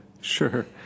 Sure